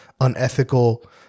unethical